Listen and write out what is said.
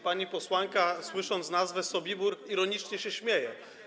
Pani posłanka, słysząc nazwę Sobibór, ironicznie się śmieje.